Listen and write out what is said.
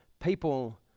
People